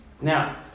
Now